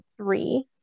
three